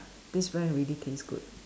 this brand really taste good